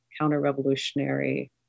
counter-revolutionary